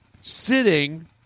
sitting